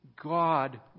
God